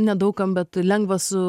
nedaug kam bet lengva su